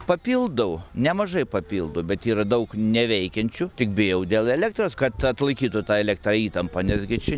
papildau nemažai papildau bet yra daug neveikiančių tik bijau dėl elektros kad atlaikytų tą elek tą įtampą nes gi čia